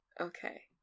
Okay